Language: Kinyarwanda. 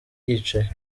yicaye